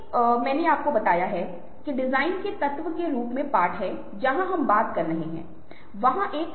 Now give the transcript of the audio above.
और मैं आपको एक अध्ययन से कुछ उदाहरण दे रहा हूं जो मैंने गुप्त और ब्रुक के अंत में उद्धृत किया है जहां मूल रूप से क्या हुआ था जो कि अरब की क्रांति का प्रकार था